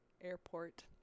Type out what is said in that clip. airport